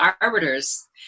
arbiters